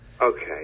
Okay